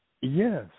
Yes